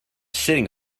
sitting